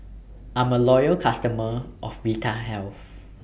I'm A Loyal customer of Vitahealth